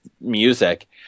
music